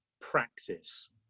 practice